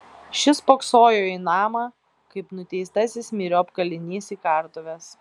šis spoksojo į namą kaip nuteistasis myriop kalinys į kartuves